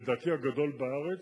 לדעתי הגדול בארץ,